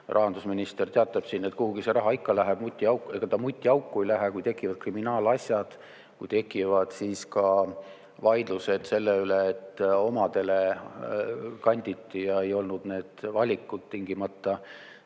rahandusminister teatab, et kuhugi see raha ikka läheb, ega ta mutiauku ei lähe, ja kui tekivad kriminaalasjad, kui tekivad vaidlused ka selle üle, et omadele kanditi, siis ei olnud need valikud tingimata